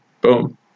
boom